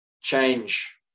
change